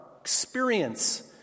experience